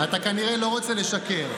אתה כנראה לא רוצה לשקר.